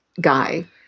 guy